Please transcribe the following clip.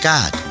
God